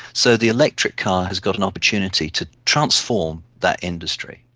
so the electric car has got an opportunity to transform that industry.